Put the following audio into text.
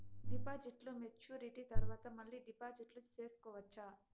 డిపాజిట్లు మెచ్యూరిటీ తర్వాత మళ్ళీ డిపాజిట్లు సేసుకోవచ్చా?